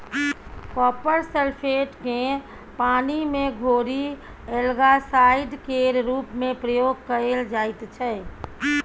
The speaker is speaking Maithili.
कॉपर सल्फेट केँ पानि मे घोरि एल्गासाइड केर रुप मे प्रयोग कएल जाइत छै